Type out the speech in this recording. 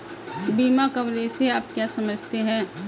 बीमा कवरेज से आप क्या समझते हैं?